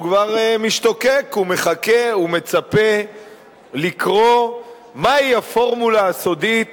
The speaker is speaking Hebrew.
הוא כבר משתוקק ומחכה ומצפה לקרוא מהי הפורמולה הסודית